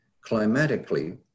climatically